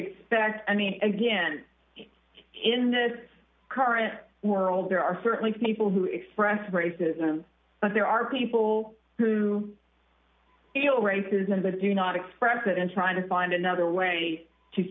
expect i mean again in the current world there are certainly people who express racism but there are people who feel racism but if you not express it in trying to find another way to